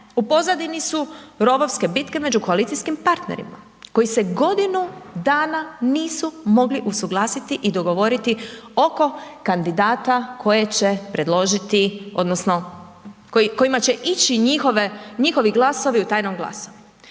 u pozadini su rovske bitke među koalicijskim partnerima koji se godinu dana nisu mogli usuglasiti i dogovoriti oko kandidata koje će predložiti odnosno kojima